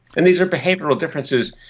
and these are behavioural differences,